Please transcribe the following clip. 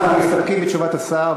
אנחנו מסתפקים בתשובת השר,